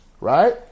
right